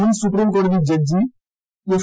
മുൻ സുപ്രീംകോടതി ജഡ്ജി എഫ്